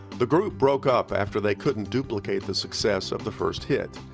the group broke up after they couldn't duplicate the success of the first hit,